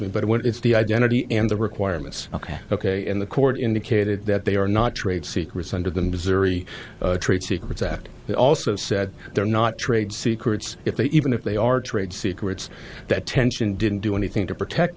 y but what is the identity and the requirements ok ok and the court indicated that they are not trade secrets under the missouri trade secrets act they also said they're not trade secrets if they even if they are trade secrets that tension didn't do anything to protect